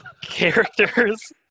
characters